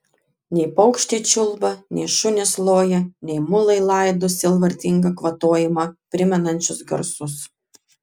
nei paukščiai čiulba nei šunys loja nei mulai laido sielvartingą kvatojimą primenančius garsus